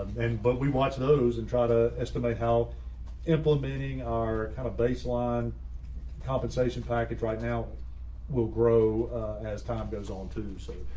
and but we watch those and try to estimate how implementing our kind of baseline compensation package right now will grow as time goes on to say,